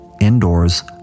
indoors